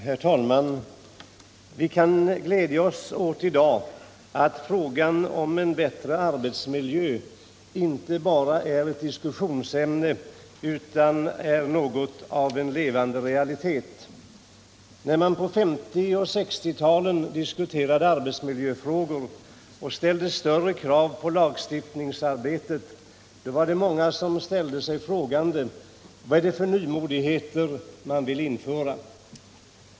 Herr talman! Vi kan i dag glädjas åt att frågan om en bättre arbetsmiljö inte bara är ett diskussionsämne utan något av en levande realitet. När man på 1950 och 1960-talen diskuterade arbetsmiljöfrågor och ställde större krav på lagstiftningsåtgärder var det många som ställde sig frågande: Vad är det för nymodigheter man vill införa?